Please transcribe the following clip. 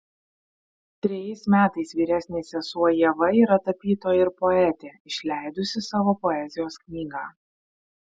trejais metais vyresnė sesuo ieva yra tapytoja ir poetė išleidusi savo poezijos knygą